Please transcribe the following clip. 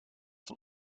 van